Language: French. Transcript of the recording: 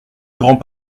grands